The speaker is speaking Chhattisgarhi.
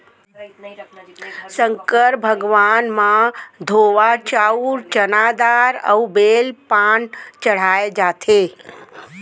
संकर भगवान म धोवा चाउंर, चना दार अउ बेल पाना चड़हाए जाथे